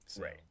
Right